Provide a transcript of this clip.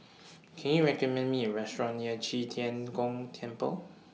Can YOU recommend Me A Restaurant near Qi Tian Gong Temple